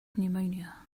pneumonia